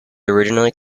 originally